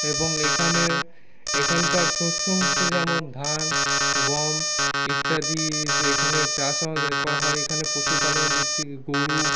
এবং এখানে এখানকার শস্য হচ্ছে যেমন ধান গম ইত্যাদি এখানে চাষ আবাদ করা হয় এখানে পশুপালনের দিক থেকে গরু